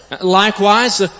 Likewise